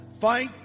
Fight